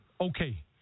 Okay